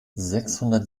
sechshundert